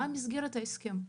מה מסגרת ההסכם?